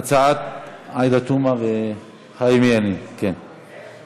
ההצעה להעביר את הצעת חוק הביטוח הלאומי (תיקון מס'